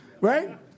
Right